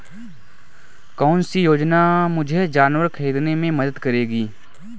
कौन सी योजना मुझे जानवर ख़रीदने में मदद करेगी?